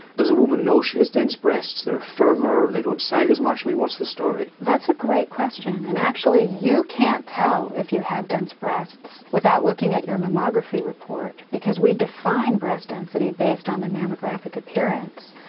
does a woman know she has dense breasts, they are firmer, they don't sag as much what's the story? that's a great question and actually you can't tell if you have dense breasts without looking at your mammography report because we define breast density based on the mammographic appearance.